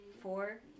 four